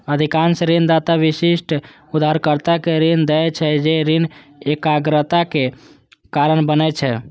अधिकांश ऋणदाता विशिष्ट उधारकर्ता कें ऋण दै छै, जे ऋण एकाग्रताक कारण बनै छै